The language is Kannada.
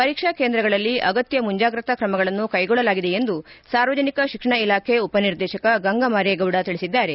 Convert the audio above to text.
ಪರೀಕ್ಷಾ ಕೇಂದ್ರಗಳಲ್ಲಿ ಅಗತ್ಯ ಮುಂಜಾಗ್ರತಾ ಕ್ರಮಗಳನ್ನು ಕೈಗೊಳ್ಳಲಾಗಿದೆ ಎಂದು ಸಾರ್ವಜನಿಕ ಶಿಕ್ಷಣ ಇಲಾಖೆ ಉಪನಿರ್ದೇಶಕ ಗಂಗಮಾರೇಗೌಡ ತಿಳಿಸಿದ್ದಾರೆ